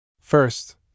First